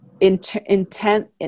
intent